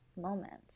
moments